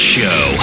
Show